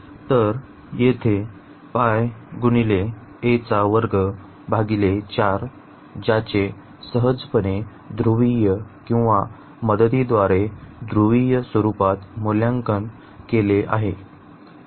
तर येथे ज्याचे सहजपणे ध्रुवीय किंवा मदतीद्वारे ध्रुवीय स्वरूपात मूल्यांकन केले आहे